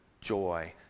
joy